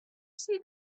should